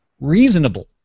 reasonable